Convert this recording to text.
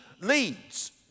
leads